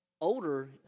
older